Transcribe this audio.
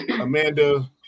Amanda